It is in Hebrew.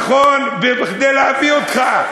נכון, כדי להביא אותך.